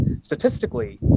statistically